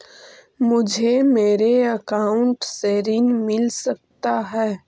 मुझे मेरे अकाउंट से ऋण मिल सकता है?